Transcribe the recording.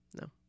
No